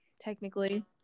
technically